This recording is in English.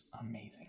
Amazing